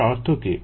এদের অর্থ কী